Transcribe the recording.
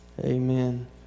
Amen